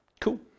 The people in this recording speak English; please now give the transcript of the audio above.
Cool